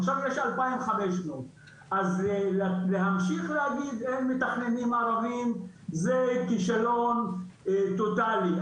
עכשיו יש 2,500. אז להמשיך להגיד אין מתכננים ערבים זה כישלון טוטאלי.